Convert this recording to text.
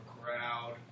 crowd